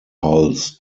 hulls